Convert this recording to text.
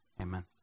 amen